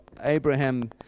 Abraham